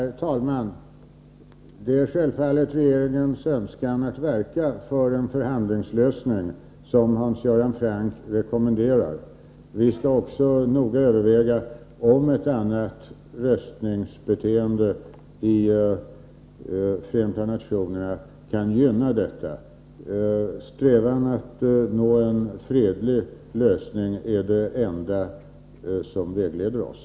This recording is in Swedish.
Herr talman! Det är självfallet regeringens önskan att verka för en förhandlingslösning, som Hans Göran Franck rekommenderar. Vi skall också noga överväga om ett annat röstningsbeteende i FN kan gynna detta. Strävan att nå en fredlig lösning är det enda som vägleder oss.